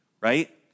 right